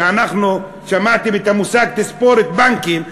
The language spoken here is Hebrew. שמעתם את המושג "תספורת בנקים"?